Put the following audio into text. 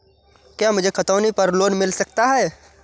क्या मुझे खतौनी पर लोन मिल सकता है?